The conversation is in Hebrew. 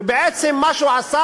ובעצם מה שהוא עשה,